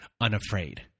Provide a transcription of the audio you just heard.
unafraid